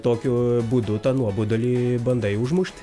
tokiu būdų tą nuobodulį bandai užmušt